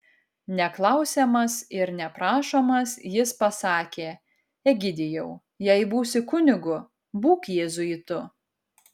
neklausiamas ir neprašomas jis pasakė egidijau jei būsi kunigu būk jėzuitu